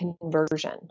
conversion